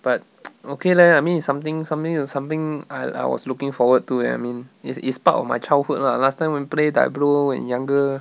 but okay leh I mean it's something something to something I I was looking forward to eh I mean it's it's part of my childhood lah last time when play diablo when younger